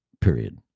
period